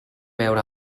veure